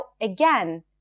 again